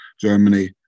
Germany